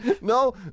No